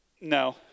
No